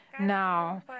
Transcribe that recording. Now